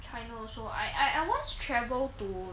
china also I I once travel to